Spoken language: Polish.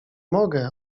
mogę